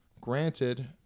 Granted